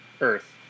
Earth